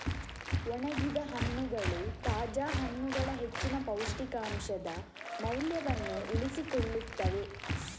ಒಣಗಿದ ಹಣ್ಣುಗಳು ತಾಜಾ ಹಣ್ಣುಗಳ ಹೆಚ್ಚಿನ ಪೌಷ್ಟಿಕಾಂಶದ ಮೌಲ್ಯವನ್ನು ಉಳಿಸಿಕೊಳ್ಳುತ್ತವೆ